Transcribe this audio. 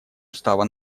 устава